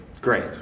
Great